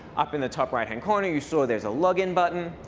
up in the top right-hand corner, you saw there's a login button.